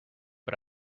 but